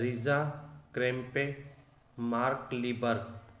Reeza क्रेंपिंग मार्क leaper